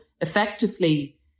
effectively